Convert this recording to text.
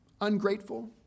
ungrateful